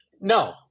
no